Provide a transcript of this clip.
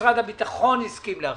משרד הביטחון הסכים להחליף,